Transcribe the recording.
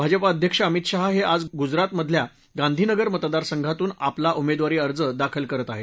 भाजपा अध्यक्ष अमित शहा हे आज गुजरातमधल्या गांधीनगर मतदारसंघातून आपला उमेदवारी अर्ज दाखल करत आहेत